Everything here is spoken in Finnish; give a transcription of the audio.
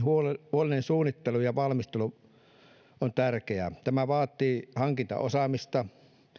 huolellinen suunnittelu ja valmistelu on tärkeää se vaatii hankintaosaamista